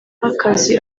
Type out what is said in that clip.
nk’akazi